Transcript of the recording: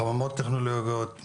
חממות טכנולוגיות,